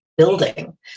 Building